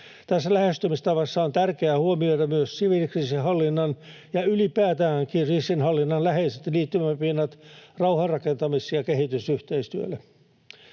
lähestymistavassa on tärkeää huomioida myös siviilikriisinhallinnan ja ylipäätäänkin kriisinhallinnan läheiset liittymäpinnat rauhanrakentamis- ja kehitysyhteistyölle.